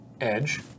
Edge